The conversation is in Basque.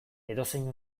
edozein